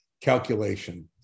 calculation